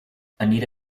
anita